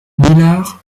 millar